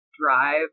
drive